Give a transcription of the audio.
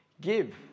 Give